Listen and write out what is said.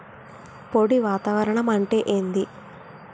పొడి వాతావరణం అంటే ఏంది?